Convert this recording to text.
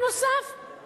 נוסף על זה,